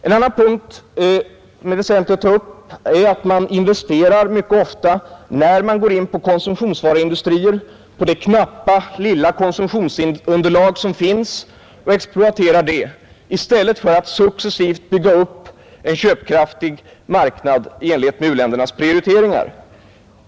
En annan punkt som det är väsentligt att ta upp är att företag, när de går in på konsumtionsvaruindustrier, mycket ofta investerar på det knappa lilla konsumtionsunderlag som finns och exploaterar det i stället för att successivt bygga upp en köpkraftig marknad i enlighet med u-ländernas prioriteringar.